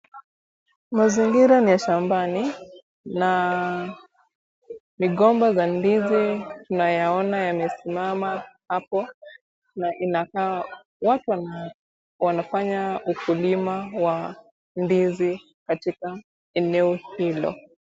Mazingira ni ya shambani na migomba za ndizi nayaona yamesimama hapo na inakaa watu wanafanya ukuliwa wa ndizi katika eneo hilo.